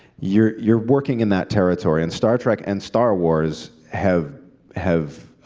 you're you're working in that territory. and star trek and star wars have have